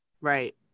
Right